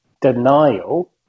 denial